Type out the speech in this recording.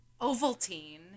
Ovaltine